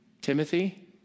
Timothy